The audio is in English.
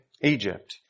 Egypt